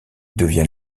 devient